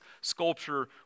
sculpture